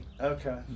Okay